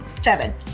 Seven